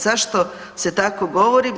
Zašto se tako govori?